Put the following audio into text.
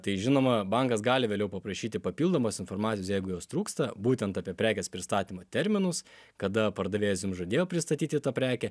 tai žinoma bankas gali vėliau paprašyti papildomos informacijos jeigu jos trūksta būtent apie prekės pristatymo terminus kada pardavėjas jums žadėjo pristatyti tą prekę